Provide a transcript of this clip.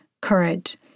courage